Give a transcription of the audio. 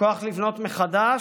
וכוח לבנות מחדש,